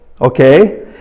okay